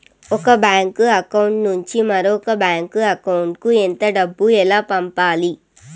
ఒక bank account నుంచి మరొక బ్యాంకు అకౌంట్ కు ఎంత డబ్బు ఎలా పంపాలి